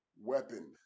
weapon